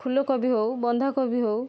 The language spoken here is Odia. ଫୁଲକୋବି ହଉ ବନ୍ଧାକୋବି ହଉ